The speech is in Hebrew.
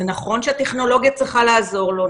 נכון שהטכנולוגיה צריכה לעזור לו,